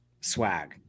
swag